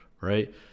right